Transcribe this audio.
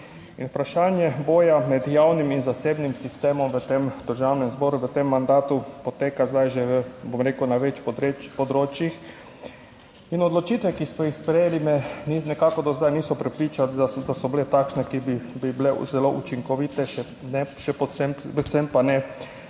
In vprašanje boja med javnim in zasebnim sistemom v tem Državnem zboru v tem mandatu poteka zdaj že, bom rekel, na več področjih. In odločitve, ki smo jih sprejeli, me nekako do zdaj niso prepričale, da so bile takšne, ki bi bile zelo učinkovite, predvsem pa ne